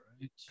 right